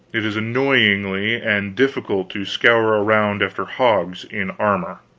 it is annoying and difficult to scour around after hogs, in armor.